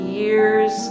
years